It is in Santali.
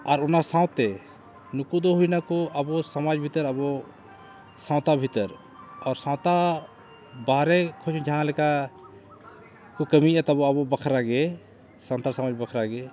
ᱟᱨ ᱚᱱᱟ ᱥᱟᱶᱛᱮ ᱱᱩᱠᱩ ᱫᱚ ᱦᱩᱭᱱᱟ ᱠᱚ ᱟᱵᱚ ᱥᱚᱢᱟᱡᱽ ᱵᱷᱤᱛᱟᱹᱨ ᱟᱵᱚ ᱥᱟᱶᱛᱟ ᱵᱷᱤᱛᱟᱹᱨ ᱟᱨ ᱥᱟᱶᱛᱟ ᱵᱟᱦᱨᱮ ᱠᱷᱚᱱ ᱡᱟᱦᱟᱸ ᱞᱮᱠᱟ ᱠᱚ ᱠᱟᱹᱢᱤᱭᱮᱫ ᱛᱟᱵᱚᱱ ᱟᱵᱚ ᱵᱟᱠᱷᱨᱟ ᱜᱮ ᱥᱟᱱᱛᱟᱲ ᱥᱚᱢᱟᱡᱽ ᱵᱟᱠᱷᱨᱟ ᱜᱮ